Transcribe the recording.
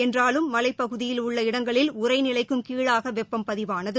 என்றாலும் மலைப்பகுதியில் உள்ள இடங்களில் உறைநிலைக்கும் கீழாக வெப்பம் பதிவானது